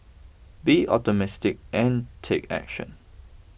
be optimistic and take action